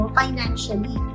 financially